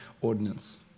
ordinance